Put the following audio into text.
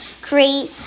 create